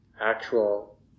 actual